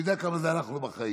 אני יודע כמה זה הלך לו בחיים,